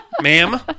ma'am